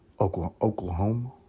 Oklahoma